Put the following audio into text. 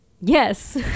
Yes